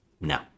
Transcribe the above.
no